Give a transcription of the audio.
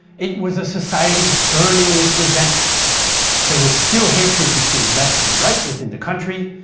it was a society burning with resentment there was still hatred between left and right within the country,